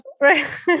right